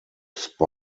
spy